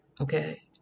Okay